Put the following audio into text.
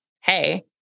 hey